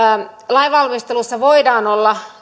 lainvalmistelussa voidaan olla